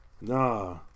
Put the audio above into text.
nah